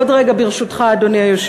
עוד רגע, ברשותך, אדוני היושב-ראש.